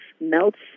melts